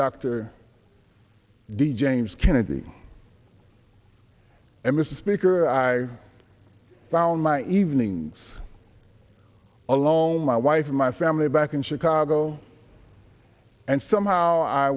dr d james kennedy and mr speaker i found my evenings alone my wife and my family back in chicago and somehow i